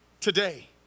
Today